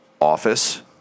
office